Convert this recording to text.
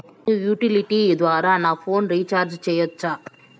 నేను యుటిలిటీ ద్వారా నా ఫోను రీచార్జి సేయొచ్చా?